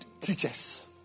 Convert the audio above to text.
teachers